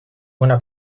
una